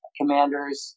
commanders